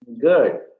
Good